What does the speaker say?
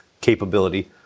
capability